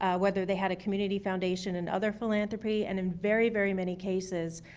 whether they had a community foundation and other philanthropy, and in very, very many cases,